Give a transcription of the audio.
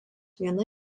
viena